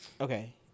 Okay